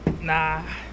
Nah